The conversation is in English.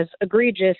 egregious